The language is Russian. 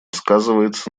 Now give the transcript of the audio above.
сказывается